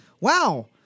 Wow